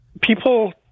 People